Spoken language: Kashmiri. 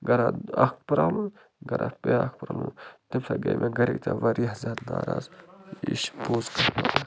گرا اَکھ پرٛابلٕم گرا بیٛاکھ پرٛابلٕم تَمہِ سۭتۍ گٔے مےٚ گَرِکۍ تہِ واریاہ زیادٕ ناراض یہِ چھِ پوٚز کَتھ